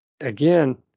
again